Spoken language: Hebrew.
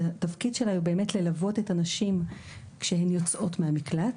שתפקידה ללוות את הנשים כשהן יוצאות מן המקלט.